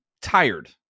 tired